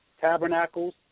tabernacles